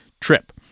trip